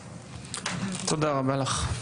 תודה רבה לך.